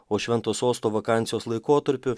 o švento sosto vakansijos laikotarpiu